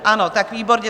Ano, tak výborně.